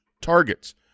targets